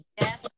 Yes